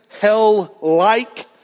hell-like